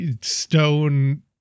stone